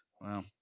Wow